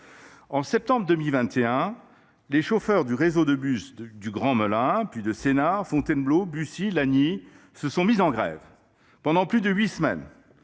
En septembre 2021, les chauffeurs du réseau de bus du Grand Melun, puis de Sénart, Fontainebleau, Bussy et Lagny, se sont mis en grève, pendant plus de huit semaines,